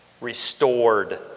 restored